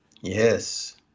yes